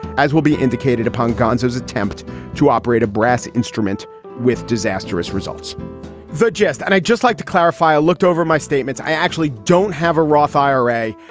as will be indicated upon gonzo's attempt to operate a brass instrument with disastrous results suggest and i'd just like to clarify, i looked over my statements. i actually don't have a roth i r a.